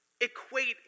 equate